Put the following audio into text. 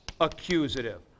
accusative